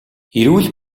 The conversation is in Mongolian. эрүүл